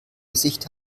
gesicht